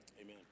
Amen